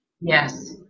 Yes